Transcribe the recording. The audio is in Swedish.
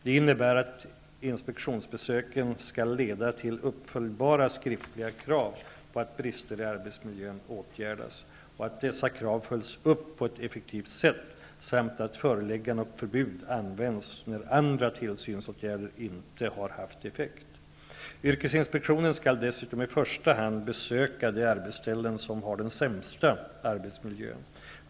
Det innebär att inspektionsbesöken skall leda till uppföljbara skriftliga krav på att brister i arbetsmiljön åtgärdas, att dessa krav följs upp på ett effektivt sätt samt att föreläggande och förbud används när andra tillsynsåtgärder inte har haft effekt. Yrkesinspektionen skall dessutom i första hand besöka de arbetsställen som har den sämsta arbetsmiljön.